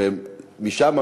ומשם,